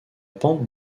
pente